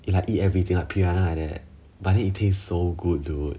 it like eat everything like piranha like that but then it taste so good though